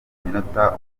iminota